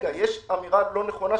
יש אמירה לא נכונה,